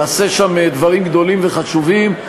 יעשה שם דברים גדולים וחשובים,